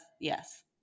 yes